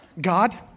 God